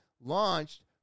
launched